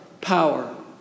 power